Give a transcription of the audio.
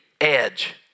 edge